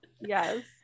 Yes